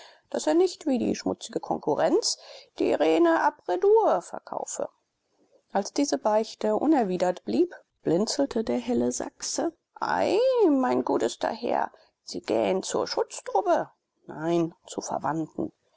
daß er nicht wie die schmutzige konkurrenz die rene appredur verkaufe als diese beichte unerwidert blieb blinzelte der helle sachse ei mein gudester herr sie gähen zur schutzdruppe nein zu verwandten